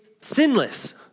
sinless